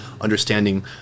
understanding